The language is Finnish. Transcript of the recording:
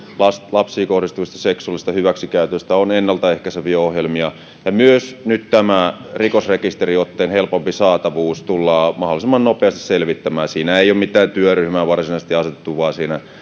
lapsiin kohdistuvista seksuaalisista hyväksikäytöistä on ennaltaehkäiseviä ohjelmia ja nyt myös tämä rikosrekisteriotteen helpompi saatavuus tullaan mahdollisimman nopeasti selvittämään siinä ei ole mitään työryhmää varsinaisesti asetettu vaan siinä